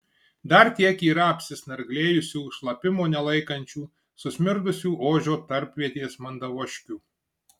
dar tiek yra apsisnarglėjusių šlapimo nelaikančių susmirdusių ožio tarpvietės mandavožkių